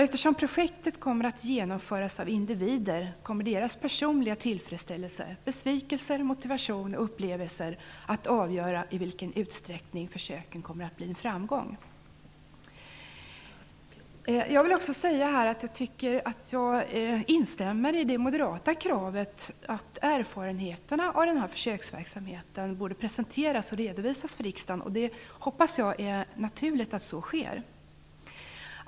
Eftersom projektet kommer att genomföras av individer kommer deras personliga tillfredsställelse, besvikelser, motivation och upplevelser att avgöra i vilken utsträckning försöken kommer att bli en framgång. Jag vill också instämma i det moderata kravet att erfarenheterna av den här försöksverksamheten borde presenteras och redovisas för riksdagen. Jag hoppas att det är naturligt att så sker.